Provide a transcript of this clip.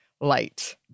light